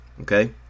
okay